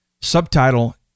subtitle